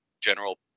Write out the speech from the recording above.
general